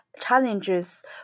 challenges